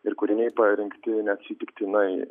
ir kūriniai parinkti neatsitiktinai